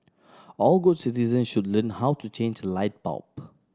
all good citizen should learn how to change light bulb